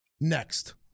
next